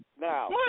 Now